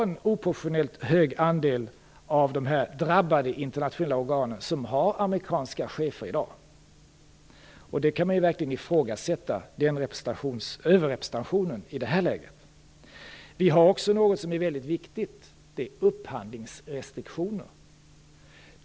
En oproportionellt hög andel av de drabbade internationella organen har i dag amerikanska chefer. Man kan verkligen ifrågasätta denna överrepresentation i det här läget. Vi har också något väldigt viktigt, nämligen upphandlingsrestriktioner.